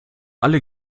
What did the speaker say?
alle